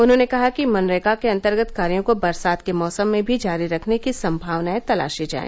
उन्होंने कहा कि मनरेगा के अंतर्गत कार्यो को बरसात के मौसम में भी जारी रखने की संभावनाएं तलाशी जाए